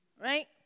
Right